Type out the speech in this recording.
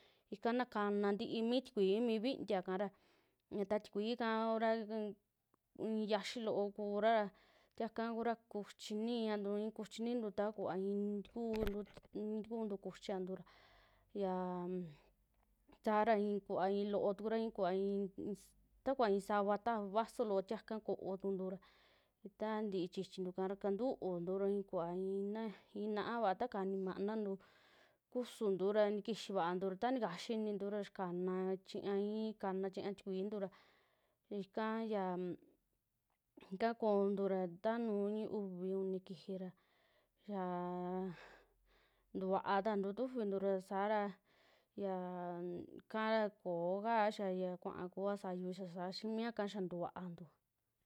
Ika naa kanaa ntii mi tikuii mi vintiaa kara, ta tikuii ika kuraa k i'i yaxii loo kuraa ra tiaka ra kuchiniaantu a ii kuchi takua i'i ntikuun, tikuuntu kuchiara yanm saara inkuva i'i loo tukura. i'i kuvaa ii ss takuva i'i savaa ta vasolo tiie ika koontu ra, taa ntii chi'chintu kara kantuuntu ra ii kuava ii na'aa vaa ta kanimaantu kusuntura na nikixi vaantu ra, ta tikaxii inintu ra xaa kanaa chiña, i'i kana chiña tikuiintu ra, ikaa ya ika koontu ra tanuu i'i uvi u'ni kixii ra xaa ntuvaa tantu tufintu ra sara, yaaa kaa kooka xaya kuaa kuuva sayuu, xaa saa xii miaka xaa ntuvaantu.